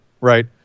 right